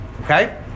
Okay